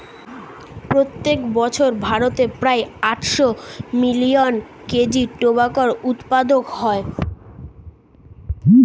প্রত্যেক বছর ভারতে প্রায় আটশো মিলিয়ন কেজি টোবাকোর উৎপাদন হয়